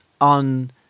on